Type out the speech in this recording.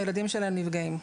הילדים שלהם נפגעים,